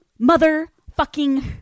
motherfucking